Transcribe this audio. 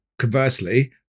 conversely